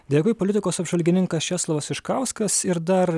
dėkui politikos apžvalgininkas česlovas iškauskas ir dar